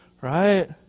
Right